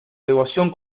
devoción